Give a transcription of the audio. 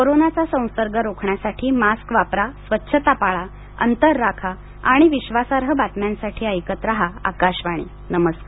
कोरोनाचा संसर्ग रोखण्यासाठी मास्क वापरा स्वच्छता पाळा अंतर राखा आणि विश्वासार्ह बातम्यांसाठी ऐकत रहा आकाशवाणी नमस्कार